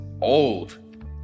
old